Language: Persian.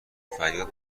فریاد